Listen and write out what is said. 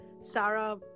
Sarah